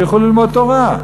שיוכלו ללמוד תורה.